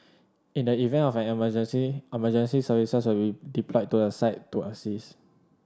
in the event of an emergency emergency services will deployed to the site to assist